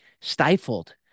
stifled